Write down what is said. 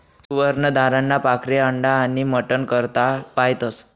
सुवर्ण धाराना पाखरे अंडा आनी मटन करता पायतस